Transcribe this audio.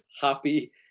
happy